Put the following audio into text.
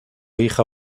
hija